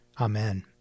Amen